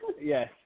yes